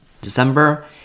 December